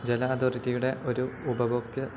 ജല അതോറിറ്റിയുടെ ഒരു ഉപഭോക്തൃ